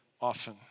often